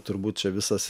turbūt čia visas